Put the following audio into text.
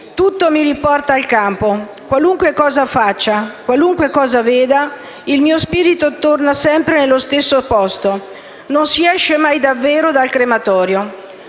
«Tutto mi riporta al campo. Qualunque cosa faccia, qualunque cosa veda, il mio spirito torna sempre nello stesso posto... Non si esce mai, per davvero, dal Crematorio».